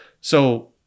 so-